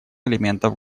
элементов